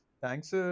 Thanks